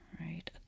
right